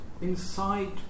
inside